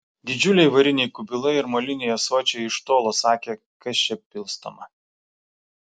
didžiuliai variniai kubilai ir moliniai ąsočiai iš tolo sakė kas čia pilstoma